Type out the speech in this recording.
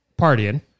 partying